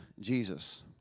Jesus